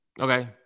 Okay